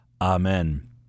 Amen